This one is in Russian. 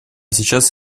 сейчас